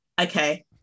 Okay